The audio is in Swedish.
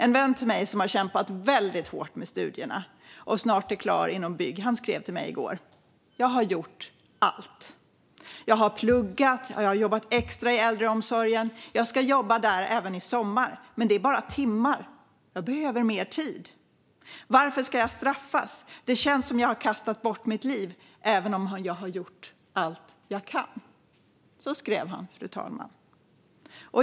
En vän till mig som har kämpat väldigt hårt med studierna och snart är klar inom bygg skrev till mig i går: Jag har gjort allt. Jag har pluggat. Jag har jobbat extra i äldreomsorgen. Jag ska jobba där även i sommar, men det är bara timmar. Jag behöver mer tid. Varför ska jag straffas? Det känns som att jag har kastat bort mitt liv, även om jag har gjort allt jag kan.